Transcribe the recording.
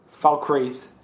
Falkreath